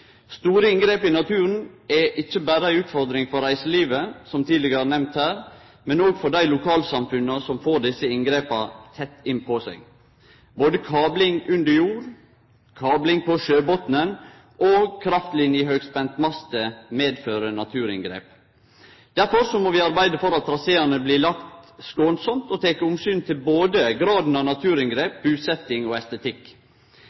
Store inngrep i naturen er ikkje berre ei utfordring for reiselivet, som tidlegare nemnt her, men òg for dei lokalsamfunna som får desse inngrepa tett inn på seg. Både kabling under jord, kabling på sjøbotnen og kraftlinjer i høgspentmaster medfører naturinngrep. Derfor må vi arbeide for at traseane blir skånsamt lagde, og at ein tek omsyn til både graden av